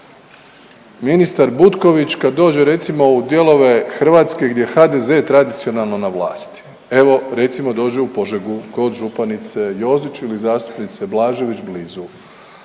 Ministar Butković, kad dođe, recimo, u dijelove Hrvatske gdje HDZ tradicionalno na vlasti, evo, recimo, dođe u Požegu kod županice Jozić ili zastupnice Blažević, blizu.